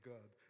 God